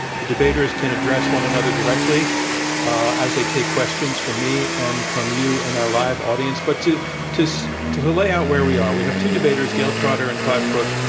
the debaters can address one another directly as they take questions from me and from you in our live audience. but to to so to lay out where we are, we have two debaters, gayle trotter and clive crook,